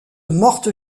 morte